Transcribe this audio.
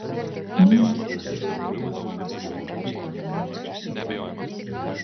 nūn juodu sėdėjo budelio namuose pavargę alkani ir sutrikę